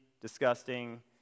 disgusting